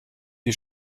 die